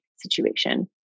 situation